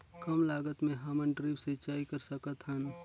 कम लागत मे हमन ड्रिप सिंचाई कर सकत हन?